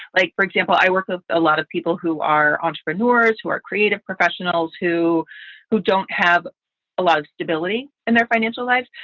like, for example, i work a lot of people who are entrepreneurs, who are creative professionals, who who don't have a lot of stability in their financial lives.